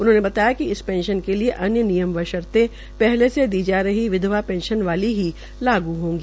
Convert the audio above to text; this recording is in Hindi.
उन्होंने बताया कि इस पेंशन के लिए अन्य नियम व शर्ते पहले से ही जा रही विधवा पेंशन वाली ही लागू होगी